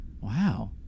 wow